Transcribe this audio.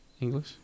English